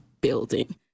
building